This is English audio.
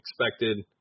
expected